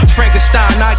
Frankenstein